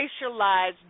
racialized